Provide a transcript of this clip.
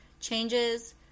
changes